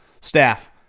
staff